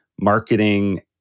marketing